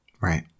Right